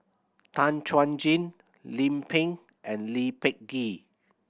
Tan Chuan Jin Lim Pin and Lee Peh Gee